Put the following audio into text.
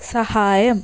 സഹായം